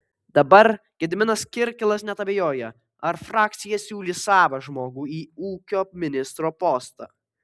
dabar gediminas kirkilas net abejoja ar frakcija siūlys savą žmogų į ūkio ministro postą